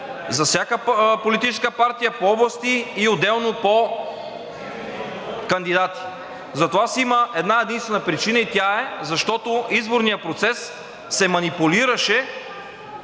за всяка политическа партия по области и отделно по кандидати. За това си има една единствена причина и тя е защото изборният процес се манипулираше